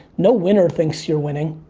no winner thinks you're winning.